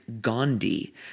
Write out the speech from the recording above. Gandhi